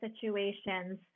situations